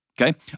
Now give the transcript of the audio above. Okay